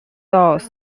doors